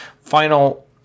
final